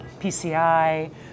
PCI